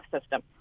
system